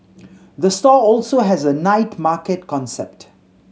the store also has a night market concept